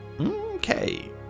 Okay